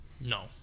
No